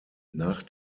nach